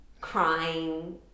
crying